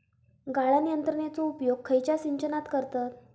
गाळण यंत्रनेचो उपयोग खयच्या सिंचनात करतत?